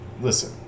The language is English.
listen